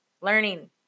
learning